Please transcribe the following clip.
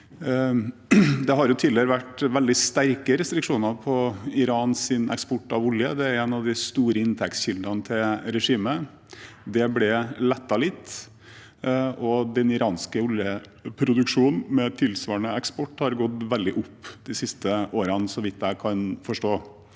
tidligere vært veldig sterke restriksjoner på Irans eksport av olje. Det er en av de store inntektskildene til regimet. Det ble lettet litt, og den iranske oljeproduksjonen, med tilsvarende eksport, har gått veldig opp de siste årene, så vidt jeg kan forstå.